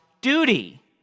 duty